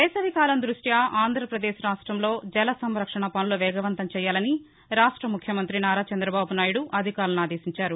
వేసవికాలం దృష్ట్య ఆంధ్రాపదేశ్ రాష్ట్రంలో జల సంరక్షణ పనులు వేగవంతం చేయాలని రాష్ట ముఖ్యమంత్రి నారా చంద్రబాబు నాయుడు అధికారులను ఆదేశించారు